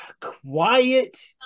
quiet